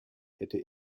hätte